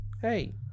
Hey